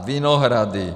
Vinohrady.